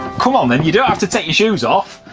come on then you don't have to take your shoes off,